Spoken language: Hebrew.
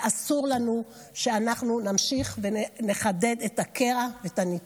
ואסור לנו להמשיך ולחדד את הקרע ואת הניתוק.